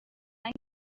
hang